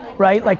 right? like